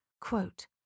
Quote